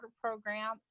program